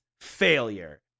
failure